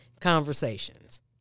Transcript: conversations